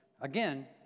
Again